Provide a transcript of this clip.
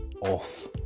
off